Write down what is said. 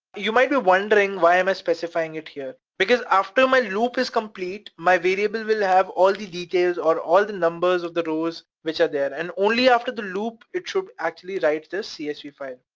you might be wondering why am i specifying it here? because after my loop is complete my variable will have all the details of all the numbers of the rows which are there. and only after the loop, it should actually write this csv file.